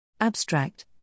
abstract